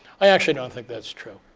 i actually don't think that's true.